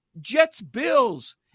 Jets-Bills